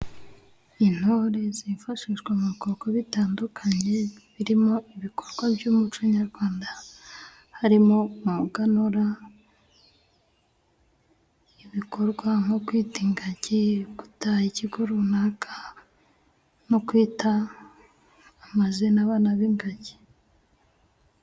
Intore zifashishwa mu bikorwa bitandukanye, birimo ibikorwa by'umuco nyarwanda, harimo umuganura, ibikorwa nko kwita ingagi, gutaha ikigo runaka no kwita amazina abana b'ingagi.